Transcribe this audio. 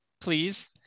please